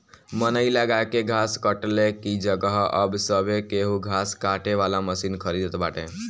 मनई लगा के घास कटले की जगही अब सभे केहू घास काटे वाला मशीन खरीदत बाटे